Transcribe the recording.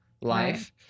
life